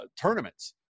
Tournaments